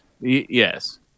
Yes